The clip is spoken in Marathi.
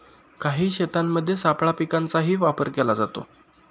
काही शेतांमध्ये सापळा पिकांचाही वापर केला जातो